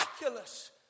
miraculous